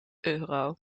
euro